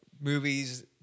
movies